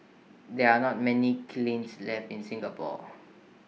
there are not many kilns left in Singapore